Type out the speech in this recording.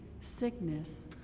sickness